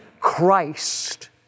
Christ